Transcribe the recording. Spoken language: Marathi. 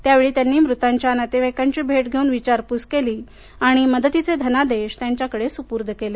त्यावेळी त्यांनी मृतांच्या नातेवाईकांची भेट घेऊन विचारपूस केली आणि मदतीचे धनादेश त्यांच्याकडे सुपूर्द केले